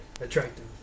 attractive